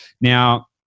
Now